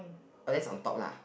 oh that's on top lah